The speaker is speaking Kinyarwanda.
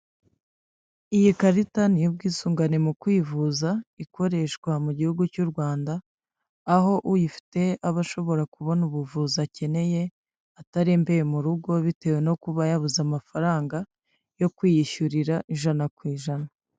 Iyi karita ni iy'ubwisungane mu kwivuza ikoreshwa mu gihugu cy'u Rwanda aho uyifite aba ashobora kubona ubuvuzi akeneye atarembeye mu rugo bitewe no kuba yabuze amafaranga yo kwiyishyurira ijana ku ijana.